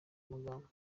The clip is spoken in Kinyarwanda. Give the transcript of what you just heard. magambo